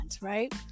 right